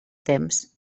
temps